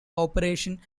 operation